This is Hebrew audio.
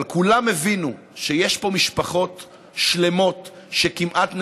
אבל כולם הבינו שיש פה משפחות שלמות שכמעט נהרסו.